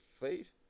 Faith